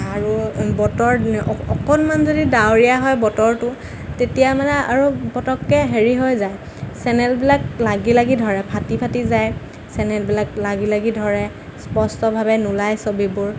আৰু বতৰ অকণমান যদি ডাৱৰীয়া হয় বতৰটো তেতিয়া মানে আৰু পটককৈ হেৰি হৈ যায় চেনেলবিলাক লাগি লাগি ধৰে ফাটি ফাটি যায় চেনেলবিলাক লাগি লাগি ধৰে স্পষ্টভাৱে নোলায় ছবিবোৰ